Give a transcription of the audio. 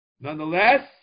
Nonetheless